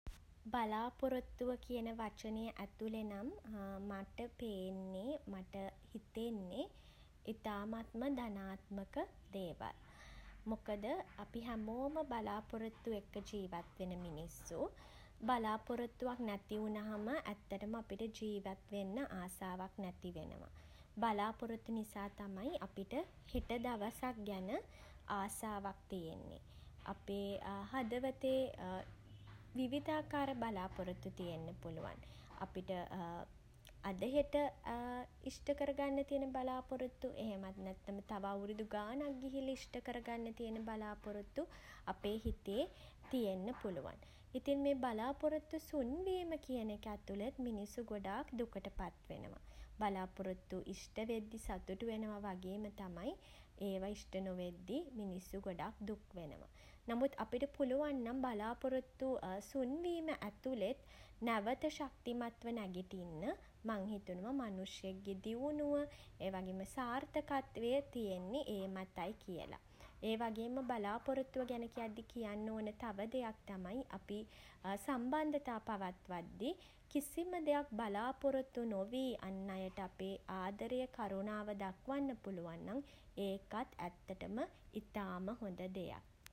බලාපොරොත්තුව කියන වචනය ඇතුලේ නම් මට පේන්නේ මට හිතෙන්නෙ ඉතාමත්ම ධනාත්මක දේවල්. මොකද අපි හැමෝම බලාපොරොත්තු එක්ක ජීවත් වෙන මිනිස්සු. බලාපොරොත්තුවක් නැති වුණාම ඇත්තටම අපිට ජීවත්වෙන්න ආශාවක් නැති වෙනවා. බලාපොරොත්තු නිසා තමයි අපිට හෙට දවසක් ගැන ආසාවක් තියෙන්නෙ. අපේ හදවතේ විවිධාකාර බලාපොරොත්තු තියෙන්න පුළුවන්. අපිට අද හෙට ඉෂ්ට කරගන්න තියෙන බලාපොරොත්තු එහෙමත් නැත්නම් තව අවුරුදු ගානක් ගිහිල්ල ඉෂ්ට කරගන්න තියෙන බලාපොරොත්තු අපේ හිතේ තියෙන්න පුළුවන්. ඉතින් මේ බලාපොරොත්තු සුන්වීම කියන එක ඇතුලෙත් මිනිස්සු ගොඩක් දුකට පත්වෙනවා. බලාපොරොත්තු ඉෂ්ට වෙද්දි සතුටු වෙනවා වගේම තමයි ඒවා ඉෂ්ට නොවෙද්දී මිනිස්සු ගොඩක් දුක් වෙනවා. නමුත් අපිට පුළුවන් නම් බලාපොරොත්තු සුන්වීම ඇතුළෙත් නැවත ශක්තිමත්ව නැගිටින්න මං හිතනවා මනුෂ්‍යයෙක්ගේ දියුණුව ඒ වගේම සාර්ථකත්වය තියෙන්නේ ඒ මතයි කියලා. ඒ වගේම බලාපොරොත්තුව ගැන කියද්දී කියන්න ඕන තව දෙයක් තමයි අපි සම්බන්ධතා පවත්වද්දී කිසිම දෙයක් බලාපොරොත්තු නොවී අන් අයට අපේ ආදරය කරුණාව දක්වන්න පුලුවන් නම් ඒකත් ඇත්තටම ඉතාම හොඳ දෙයක්.